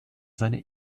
seine